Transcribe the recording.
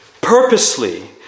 purposely